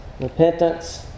repentance